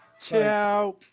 Ciao